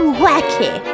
wacky